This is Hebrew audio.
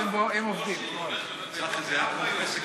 רק כדי שניכנס לאווירה, זה נשמע כמו איום.